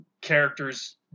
characters